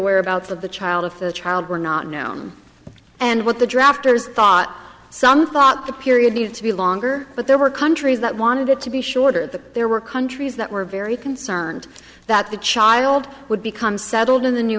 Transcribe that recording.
whereabouts of the child if the child were not known and what the drafters thought some thought the period needed to be longer but there were countries that wanted it to be shorter that there were countries that were very concerned that the child would become settled in the new